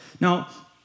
Now